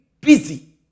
busy